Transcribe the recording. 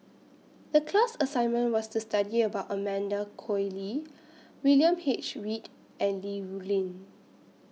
The class assignment was to study about Amanda Koe Lee William H Read and Li Rulin